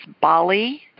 Bali